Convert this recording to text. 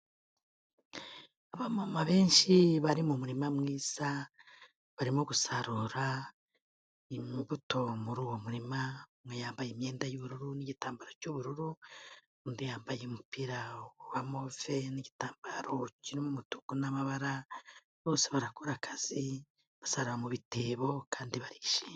Abamama benshi bari mu murima mwiza, barimo gusarura imbuto muri uwo murima. Umwe yambaye imyenda y'ubururu n'igitambaro cy'ubururu undi yambaye umupira wa move n'igitambaro kirimo umutuku n'amabara, bose barakora akazi basarura mu bitebo kandi barishimye.